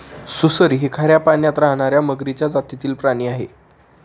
सुसर ही खाऱ्या पाण्यात राहणार्या मगरीच्या जातीतील प्राणी आहे